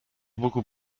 beaucoup